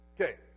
Okay